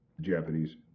Japanese